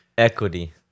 Equity